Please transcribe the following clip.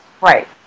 right